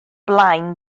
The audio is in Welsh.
blaen